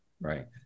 Right